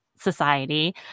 society